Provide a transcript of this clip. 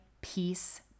peace